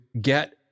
get